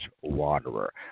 waterer